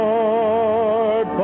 Lord